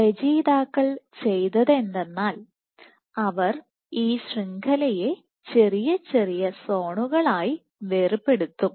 രചയിതാക്കൾ ചെയ്തത് എന്തെന്നാൽ അവർ ഈ ശൃംഖലയെ ചെറിയ ചെറിയ സോണുകളായി വേർപെടുത്തും